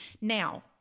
now